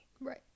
right